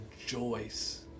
Rejoice